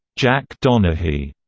jack donaghy,